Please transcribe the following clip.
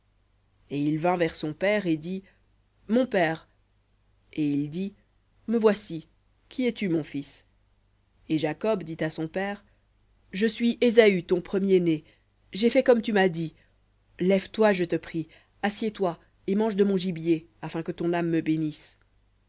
et il vint vers son père et dit mon père et il dit me voici qui es-tu mon fils et jacob dit à son père je suis ésaü ton premier-né j'ai fait comme tu m'as dit lève-toi je te prie assieds-toi et mange de mon gibier afin que ton âme me bénisse